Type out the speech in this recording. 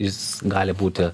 jis gali būti